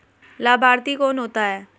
लाभार्थी कौन होता है?